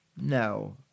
no